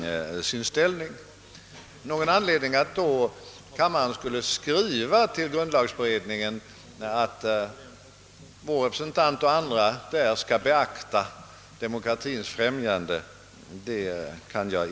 Jag kan för min det inte finna någon anledning för kammaren att skriva till grundlagberedningen att vår representant och övriga representanter skulle beakta demokratiens främjande.